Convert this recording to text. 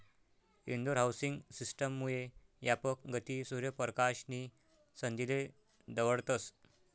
Indore housing system मुये यापक गती, सूर्य परकाश नी संधीले दवडतस